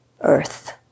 earth